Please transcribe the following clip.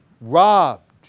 Robbed